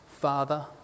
Father